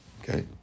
Okay